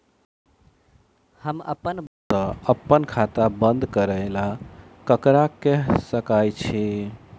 हम अप्पन बैंक सऽ अप्पन खाता बंद करै ला ककरा केह सकाई छी?